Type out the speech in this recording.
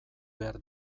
behar